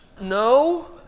no